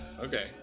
okay